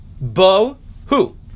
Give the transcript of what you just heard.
Bo-hu